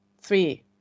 three